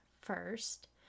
first